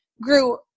grew